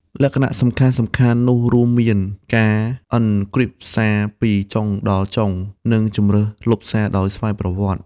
លក្ខណៈសំខាន់ៗនោះរួមមាន ការអ៊ិនគ្រីបសារពីចុងដល់ចុង (end-to-end encryption) និងជម្រើសលុបសារដោយស្វ័យប្រវត្តិ។